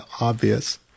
obvious